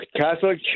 Catholic